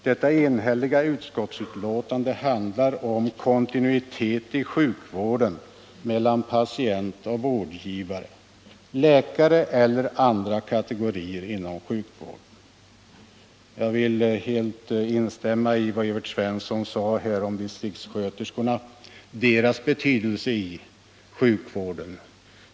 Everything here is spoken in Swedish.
Detta enhälliga betänkande handlar om kontinuitet i sjukvården mellan patient och vårdgivare, läkare eller andra kategorier inom sjukvården. Jag vill helt instämma i vad Evert Svensson sade om distriktssköterskorna och deras betydelse inom sjukvården.